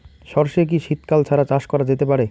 সর্ষে কি শীত কাল ছাড়া চাষ করা যেতে পারে?